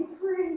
free